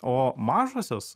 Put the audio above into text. o mažosios